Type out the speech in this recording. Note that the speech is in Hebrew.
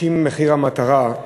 שמחיר המטרה,